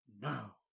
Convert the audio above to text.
now